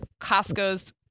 costco's